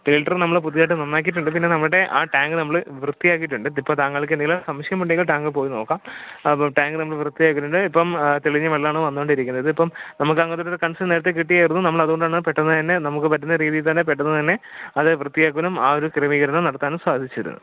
filter നമ്മൾ പുതിയതായിട്ട് നന്നാക്കിയിട്ടുണ്ട് പിന്നെ നമ്മുടെ ആ ടാങ്ക് നമ്മൾ വൃത്തിയാക്കിയിട്ടുണ്ട് ഇപ്പം താങ്കൾക്ക് എന്തെങ്കിലും സംശയമുണ്ടെങ്കിൽ താങ്കൾ പോയി നോക്കാം അപ്പം ടാങ്ക് നമ്മൾ വൃത്തിയാക്കിയിട്ടുണ്ട് ഇപ്പം തെളിഞ്ഞ വെള്ളമാണ് വന്നു കൊണ്ടിരിക്കുന്നത് ഇപ്പം നമുക്ക് അങ്ങനെ ഒരു കൺസേൺ നേരത്തെ കിട്ടിയായിരുന്നു നമ്മൾ അതുകൊണ്ടാണ് പെട്ടെന്ന് തന്നെ നമുക്ക് പറ്റുന്ന രീതിയിൽൽ തന്നെ പെട്ടെന്ന് തന്നെ അത് വൃത്തിയാക്കലും ആ ഒരു ക്രമീകരണം നടത്താനും സാധിച്ചത്